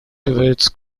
towards